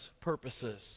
purposes